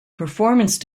performance